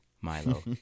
Milo